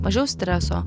mažiau streso